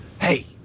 hey